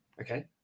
Okay